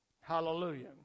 Hallelujah